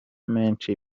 menshi